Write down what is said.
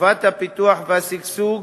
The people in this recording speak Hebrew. ותנופת הפיתוח והשגשוג